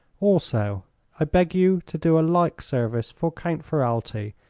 also i beg you to do a like service for count ferralti,